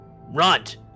runt